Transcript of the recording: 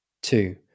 Two